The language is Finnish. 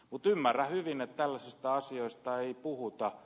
utu ymmärrän hyvin että uusista asioista riippuvuutta